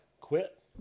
quit